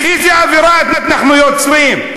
איזה אווירה אנחנו יוצרים?